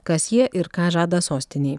kas jie ir ką žada sostinei